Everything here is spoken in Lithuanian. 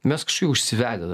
mes kažkokie užsivedę